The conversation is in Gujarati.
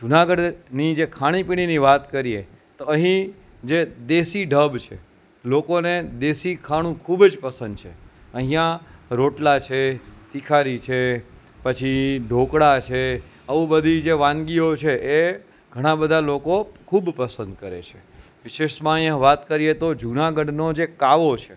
જુનાગઢની જે ખાણીપીણીની વાત કરીએ તો અહીં જે દેશી ઢબ છે લોકોને દેશી ખાણું ખૂબ જ પસંદ છે અહીંયાં રોટલા છે તીખારી છે પછી ઢોકળા છે આવું બધી જે વાનગીઓ છે એ ઘણા બધા લોકો ખૂબ પસંદ કરે છે વિશેષમાં અહીંયાં વાત કરીએ તો જૂનાગઢનો જે કાવો છે